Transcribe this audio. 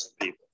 people